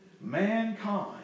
mankind